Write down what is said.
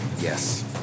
Yes